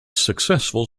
successful